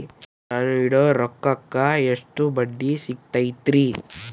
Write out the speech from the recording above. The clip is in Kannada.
ನಾ ಇಡೋ ರೊಕ್ಕಕ್ ಎಷ್ಟ ಬಡ್ಡಿ ಸಿಕ್ತೈತ್ರಿ?